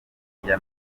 hirya